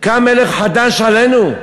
קם מלך חדש עלינו?